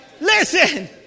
Listen